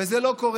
וזה לא קורה,